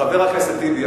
חבר הכנסת טיבי,